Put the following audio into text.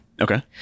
Okay